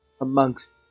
amongst